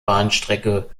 bahnstrecke